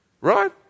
Right